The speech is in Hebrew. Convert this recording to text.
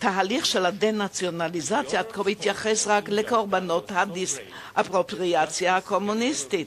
התהליך של ביטול ההלאמה עד כה התייחס רק לקורבנות ההפקעה הקומוניסטית.